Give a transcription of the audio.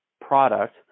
product